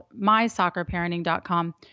MySoccerParenting.com